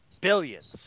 billions